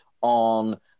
on